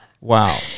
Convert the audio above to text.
Wow